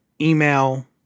email